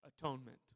atonement